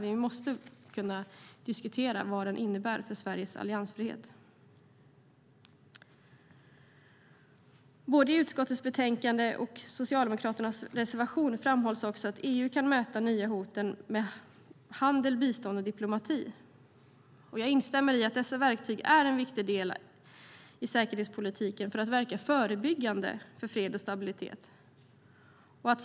Vi måste kunna diskutera vad den innebär för Sveriges alliansfrihet. Både i utskottets betänkande och i Socialdemokraternas reservation framhålls att EU kan möta de nya hoten med handel, bistånd och diplomati. Jag instämmer i att dessa verktyg är en viktig del i säkerhetspolitiken för att verka förebyggande för fred och stabilitet.